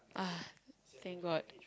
ah thank god